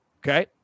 okay